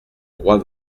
roi